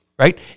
Right